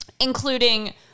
including